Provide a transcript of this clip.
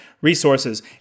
resources